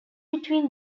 between